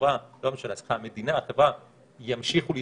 החברה והמדינה ימשיכו להתקיים.